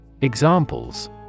Examples